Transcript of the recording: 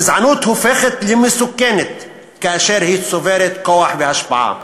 הגזענות הופכת למסוכנת כאשר היא צוברת כוח והשפעה.